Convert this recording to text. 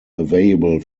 available